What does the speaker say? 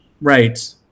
Right